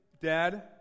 dad